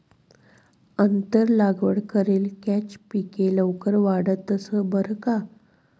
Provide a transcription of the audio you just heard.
आंतर लागवड करेल कॅच पिके लवकर वाढतंस बरं का